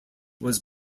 was